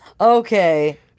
okay